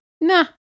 Nah